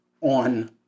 on